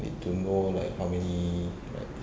I don't know like how many like